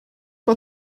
mae